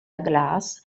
aglaas